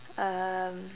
um